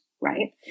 right